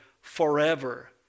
forever